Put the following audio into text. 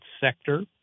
sector